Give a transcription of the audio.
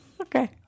Okay